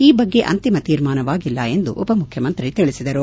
ಈ ಬಗ್ಗೆ ಅಂತಿಮ ತೀರ್ಮಾನವಾಗಿಲ್ಲ ಎಂದು ಉಪಮುಖ್ಯಮಂತ್ರಿ ತಿಳಿಸಿದರು